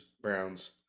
Browns